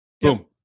Boom